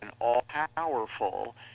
all-powerful